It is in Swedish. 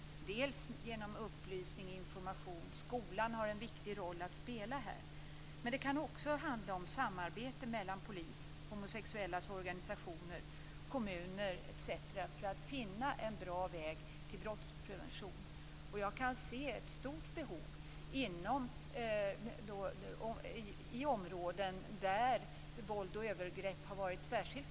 Det handlar om upplysning och information. Skolan har en viktig roll att spela. Det kan också handla om samarbete mellan polisen, de homosexuellas organisationer, kommuner etc. för att man skall finna en bra väg till brottsprevention. Jag kan se ett stort behov i områden där det har varit särskilt frekvent med våld och övergrepp.